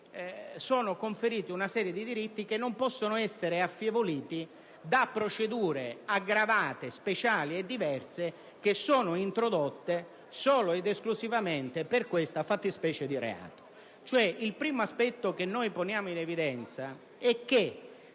conferita una serie di diritti che non possono essere affievoliti da procedure aggravate, speciali e diverse, quelle che vengono introdotte solo ed esclusivamente per questa fattispecie di reato. Il primo aspetto che mettiamo in evidenza è che